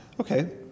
Okay